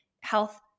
health